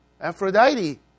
Aphrodite